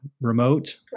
remote